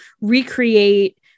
recreate